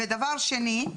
ודבר שני,